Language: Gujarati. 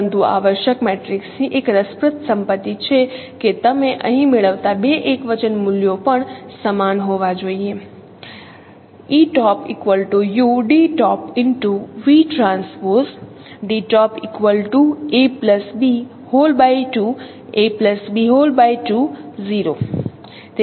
પરંતુ આવશ્યક મેટ્રિક્સની એક રસપ્રદ સંપત્તિ છે કે તમે અહીં મેળવતા બે એકવચન મૂલ્યો પણ સમાન હોવા જોઈએ